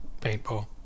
Paintball